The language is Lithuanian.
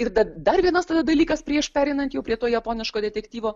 ir dar vienas tada dalykas prieš pereinant jau prie to japoniško detektyvo